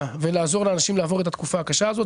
ולעזור לאנשים לעבור את התקופה הקשה הזאת.